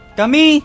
kami